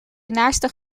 naarstig